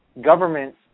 government